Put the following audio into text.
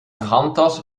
handtas